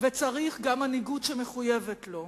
וצריך גם מנהיגות שמחויבת לו.